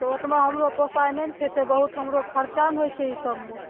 तऽ ओतना हमरो पोसाइ नहि ने खैतै बहुत हमरो खर्चा ने होइत छै ई सभमे